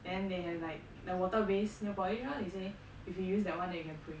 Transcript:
then they have like the waterways nail polish lor they say if you use that one that you can pray